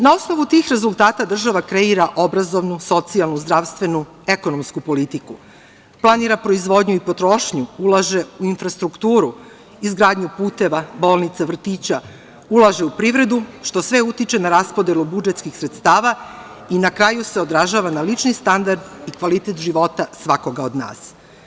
Na osnovu tih rezultata država kreira obrazovnu, socijalnu, zdravstvenu, ekonomsku politiku, planira proizvodnju i potrošnju, ulaže u infrastrukturu, izgradnju puteva, bolnica, vrtića, ulaže u privredu, što sve utiče na raspodelu budžetskih sredstava i na kraju se odražava na lični standard i kvalitet života svakoga od nas.